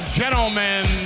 gentlemen